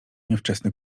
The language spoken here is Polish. niewczesny